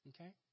Okay